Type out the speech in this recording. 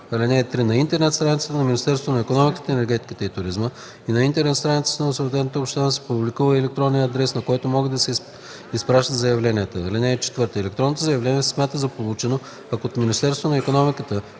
(3) На интернет страницата на Министерството на икономиката, енергетиката и туризма и на интернет страницата на съответната община се публикува електронния адрес, на който могат да се изпращат заявленията. (4) Електронното заявление се смята за получено, ако от Министерството на икономиката,